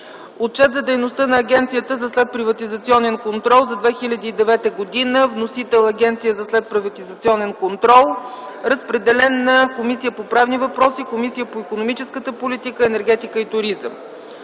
Отчет за дейността на Агенцията за следприватизационен контрол за 2009 г. Вносител е Агенцията за следприватизационен контрол. Разпределен е на Комисията по правни въпроси и Комисията по икономическата политика, енергетика и туризъм;